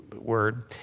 word